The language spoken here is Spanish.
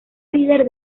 líder